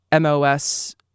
MOS